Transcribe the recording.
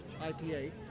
ipa